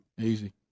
Easy